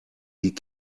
die